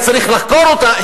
שהיה צריך לחקור אותה,